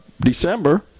December